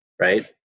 right